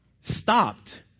stopped